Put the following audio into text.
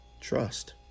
Trust